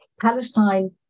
Palestine